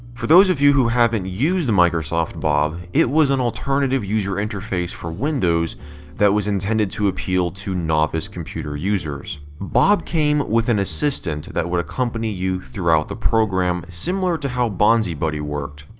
for those of you who haven't used microsoft bob, it was an alternative user interface for windows that was intended to appeal to novice computer users. bob came with an assistant that would accompany you throughout the program similar to how bonzibuddy worked.